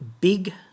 big